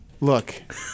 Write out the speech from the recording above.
Look